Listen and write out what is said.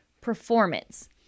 performance